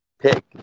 pick